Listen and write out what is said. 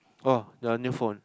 oh your new phone